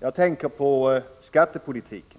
Jag tänker på skattepolitiken.